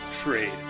trade